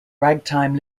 ragtime